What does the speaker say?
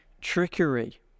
trickery